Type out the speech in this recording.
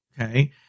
okay